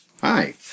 Hi